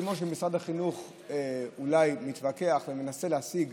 כמו שמשרד החינוך אולי מתווכח ומנסה להציג